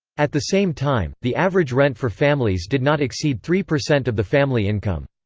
at the same time, the average rent for families did not exceed three percent of the family income.